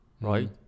right